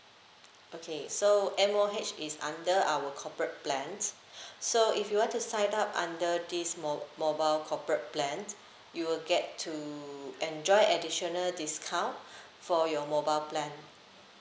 okay so M_O_H is under our corporate plan so if you'd like to sign up under this mo~ mobile corporate plan you will get to enjoy additional discount for your mobile plan